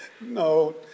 no